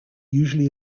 usually